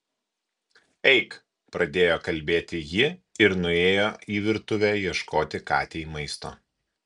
eik pradėjo kalbėti ji ir nuėjo į virtuvę ieškoti katei maisto